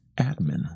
Admin